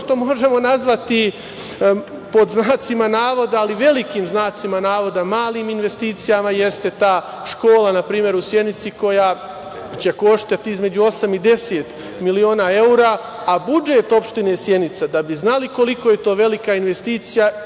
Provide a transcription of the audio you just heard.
što možemo nazvati, pod znacima navoda ali velikim znacima navoda, „malim investicijama“ jeste ta škola, na primer, u Sjenici, koja će koštati između osam i deset miliona evra, a budžet opštine Sjenica, da bi znali koliko je to velika investicija,